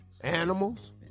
Animals